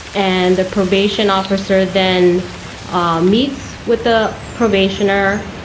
and the probation officer then ah meets with the probationer,